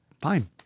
fine